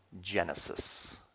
Genesis